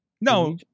No